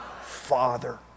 Father